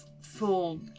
full